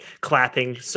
clapping